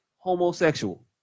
homosexual